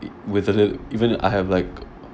it with a lit~ even though I have like